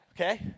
Okay